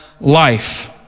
life